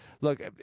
look